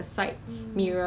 改次我做给你吃 lor